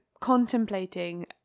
contemplating